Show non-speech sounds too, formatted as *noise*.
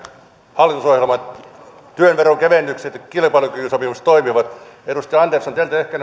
hallitusohjelma työn veronkevennykset ja kilpailukykysopimus toimivat edustaja andersson te ette ehkä *unintelligible*